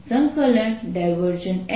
M dV M